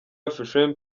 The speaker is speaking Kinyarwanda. afrifame